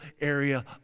area